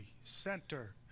Center